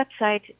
website